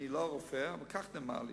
אני לא רופא, אבל כך נאמר לי,